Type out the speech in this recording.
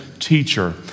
teacher